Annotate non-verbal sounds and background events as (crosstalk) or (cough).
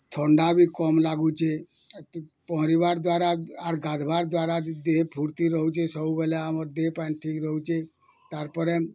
ଥଣ୍ଡା ବି କମ୍ ଲାଗୁଛେ (unintelligible) ପହଁରିବା ଦ୍ୱାରା (unintelligible) ଗାଧ୍ବାର୍ ଦ୍ୱାରା ବି ଦେହେ ଫୂର୍ତ୍ତି ରହୁଛେ ସବୁବେଳେ ଆମର ଦେହେ ପାଏନ୍ ଠିକ୍ ରହୁଛେ ତାର୍ପରେ